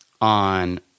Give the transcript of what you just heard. on